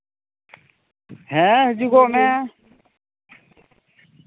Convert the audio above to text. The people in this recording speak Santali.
ᱦᱮᱸ ᱦᱤᱡᱩᱜᱚᱜ ᱢᱮ